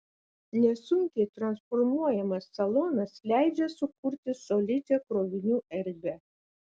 nesunkiai transformuojamas salonas leidžia sukurti solidžią krovinių erdvę